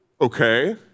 Okay